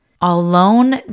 alone